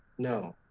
no.